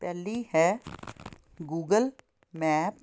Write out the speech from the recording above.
ਪਹਿਲੀ ਹੈ Google map